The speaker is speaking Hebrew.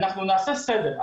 אנחנו נעשה סדר,